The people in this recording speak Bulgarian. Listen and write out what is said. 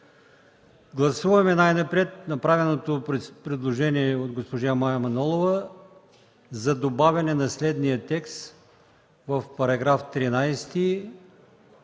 Гласуваме направеното предложение от госпожа Мая Манолова за добавяне на следния текст в § 13: